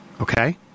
Okay